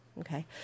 Okay